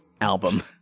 album